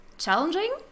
Challenging